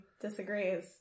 disagrees